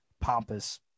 pompous